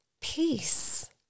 peace